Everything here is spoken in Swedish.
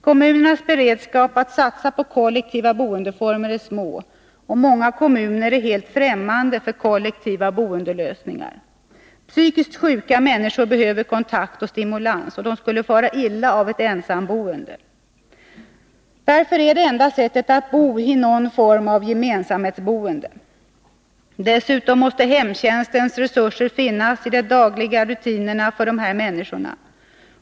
Kommunernas beredskap att satsa på kollektiva boendeformer är små, och många kommuner är helt främmande för kollektiva boendelösningar. Psykiskt sjuka människor behöver kontakt och stimulans. De skulle fara illa av ett ensamboende. Därför är det enda möjliga sättet för dem att bo i någon form av gemensamhetsboende. Dessutom måste hemtjänstens resurser finnas i de dagliga rutinerna för dessa människor.